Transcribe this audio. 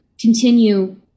continue